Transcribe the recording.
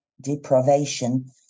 deprivation